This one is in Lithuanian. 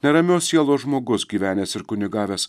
neramios sielos žmogus gyvenęs ir kunigavęs